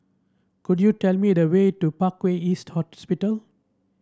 could you tell me the way to Parkway East Hospital